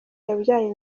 yabyaye